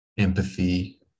empathy